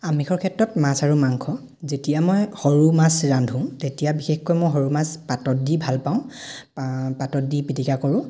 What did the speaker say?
আমিষৰ ক্ষেত্ৰত মাছ আৰু মাংস যেতিয়া মই সৰু মাছ ৰান্ধো তেতিয়া বিশেষকৈ মই সৰু মাছ পাতত দি ভাল পাওঁ পাতত দি পিটিকা কৰোঁ